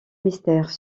mystère